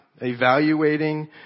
evaluating